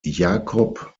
jakob